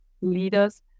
leaders